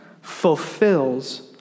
fulfills